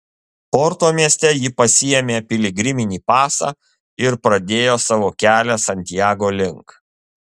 porto mieste ji pasiėmė piligriminį pasą ir pradėjo savo kelią santiago link